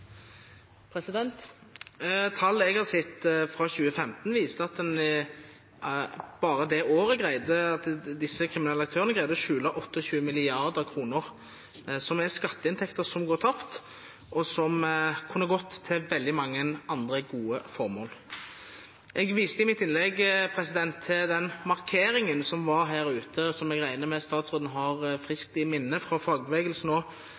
Tall jeg har sett fra 2015, viste at bare det året greide de kriminelle aktørene å skjule 28 mrd. kr, som er skatteinntekter som går tapt, og som kunne ha gått til veldig mange andre gode formål. Jeg viste i mitt innlegg til den markeringen som var her ute, som jeg regner med statsråden har friskt i minnet, fra fagbevegelsen